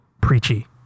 preachy